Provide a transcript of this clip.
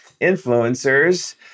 influencers